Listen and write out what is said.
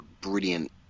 brilliant